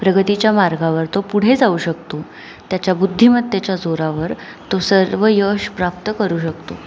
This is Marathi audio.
प्रगतीच्या मार्गावर तो पुढे जाऊ शकतो त्याच्या बुद्धिमत्तेच्या जोरावर तो सर्व यश प्राप्त करू शकतो